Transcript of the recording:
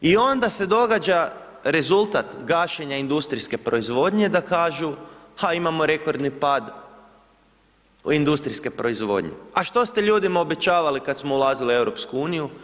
I onda se događa rezultat gašenja industrijske proizvodnje da kažu, imamo rekordni pad industrijske proizvodnje, a što ste ljudima obećavali, kada smo ulazili u EU?